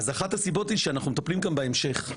אחת הסיבות היא שאנחנו מטפלים גם בהמשך,